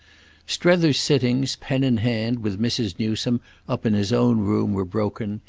strether's sittings pen in hand with mrs. newsome up in his own room were broken,